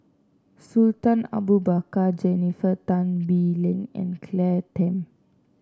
Sultan Abu Bakar Jennifer Tan Bee Leng and Claire Tham